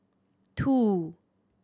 two